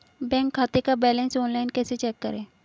Bank खाते का balance online कैसे चेक करें?